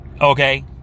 Okay